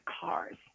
cars